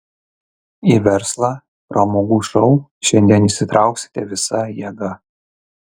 į verslą pramogų šou šiandien įsitrauksite visa jėga